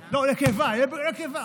לא, נקבה, נקבה.